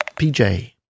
PJ